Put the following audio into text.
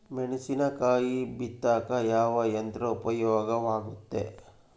ಮೆಣಸಿನಕಾಯಿ ಬಿತ್ತಾಕ ಯಾವ ಯಂತ್ರ ಉಪಯೋಗವಾಗುತ್ತೆ?